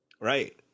Right